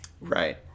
Right